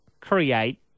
create